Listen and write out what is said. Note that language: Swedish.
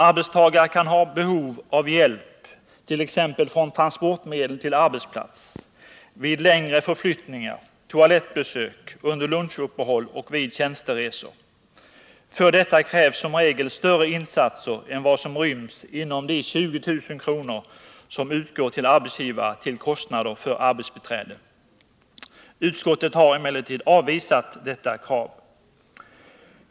Arbetstagare kan ha behov av hjälp, t.ex. från transportmedel till arbetsplats, vid längre förflyttningar, vid toalettbesök, under lunchuppehåll och vid tjänsteresor. För detta krävs som regel större insatser än vad som ryms inom de 20 000 kr. som nu utgår till arbetsgivare till kostnader för arbetsbiträde. Utskottet har emellertid avvisat detta krav.